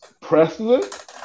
president